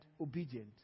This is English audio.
obedient